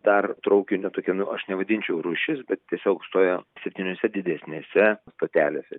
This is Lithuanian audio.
dar traukinio tokia nu aš nevadinčiau rūšis bet tiesiog stoja septyniose didesnėse stotelėse